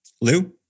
Lou